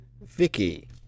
Vicky